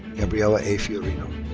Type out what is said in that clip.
gabriella a. fiorino.